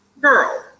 girl